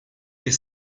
des